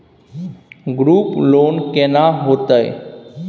Group loan केना होतै?